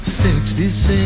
66